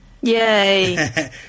Yay